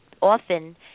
often